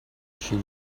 she